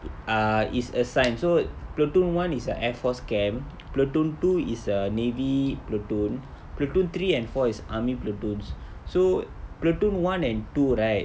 ah is assigned so platoon one is a air force camp platoon two is a navy platoon platoon three and four is army platoons so platoon one and two right